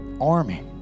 army